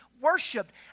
worshipped